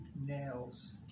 nails